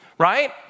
Right